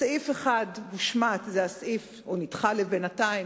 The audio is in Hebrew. סעיף אחד הושמט או נדחה בינתיים,